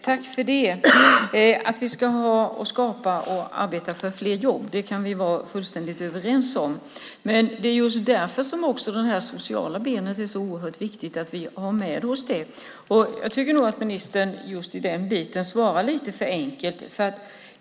Herr talman! Att vi ska arbeta för fler jobb kan vi vara fullständigt överens om. Det är just därför det sociala benet är så oerhört viktigt att ha med. Jag tycker nog att ministern just där svarar lite för enkelt.